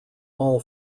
all